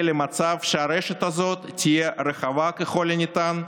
למצב שהרשת הזאת תהיה רחבה ככל הניתן,